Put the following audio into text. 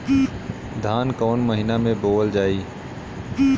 धान कवन महिना में बोवल जाई?